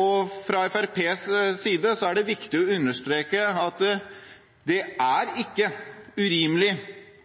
og fra Fremskrittspartiets side er det viktig å understreke at det ikke er urimelig